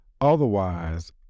Otherwise